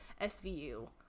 SVU